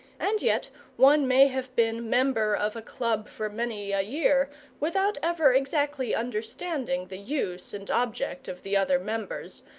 and yet one may have been member of a club for many a year without ever exactly understanding the use and object of the other members,